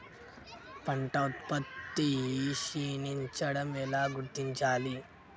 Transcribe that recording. పంట ఉత్పత్తి క్షీణించడం ఎలా గుర్తించాలి?